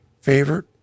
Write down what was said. favorite